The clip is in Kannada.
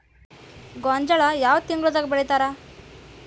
ಗೋಂಜಾಳ ಯಾವ ತಿಂಗಳದಾಗ್ ಬೆಳಿತಾರ?